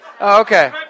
Okay